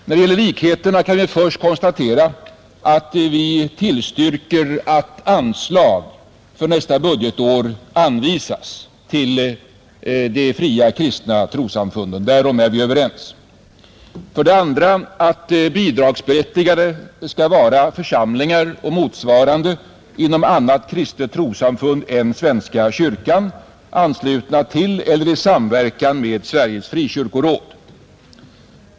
När det gäller likheterna kan för det första konstateras att vi tillstyrker att anslag för nästa budgetår anvisas till de fria kristna trossamfunden — därom är vi överens. För det andra tillstyrker vi att bidragsberättigade skall vara församlingar och motsvarande inom annat kristet trossamfund än svenska kyrkan, anslutna till eller i samverkan med Sveriges frikyrkoråd.